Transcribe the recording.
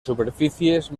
superficies